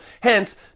Hence